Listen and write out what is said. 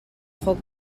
foc